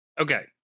Okay